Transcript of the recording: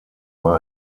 war